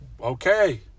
Okay